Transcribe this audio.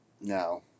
No